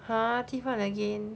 !huh! 鸡饭 again